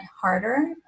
harder